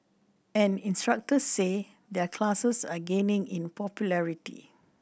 and instructor say their classes are gaining in popularity